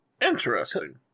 Interesting